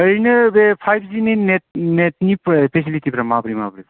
ओरैनो बे फाइबजिनि नेट नेटनि फेसिलिथिफ्रा माबोरै माबोरै